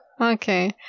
Okay